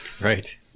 right